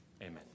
Amen